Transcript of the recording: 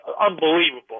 unbelievable